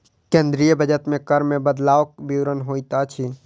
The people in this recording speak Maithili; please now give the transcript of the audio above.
केंद्रीय बजट मे कर मे बदलवक विवरण होइत अछि